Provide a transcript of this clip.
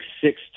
six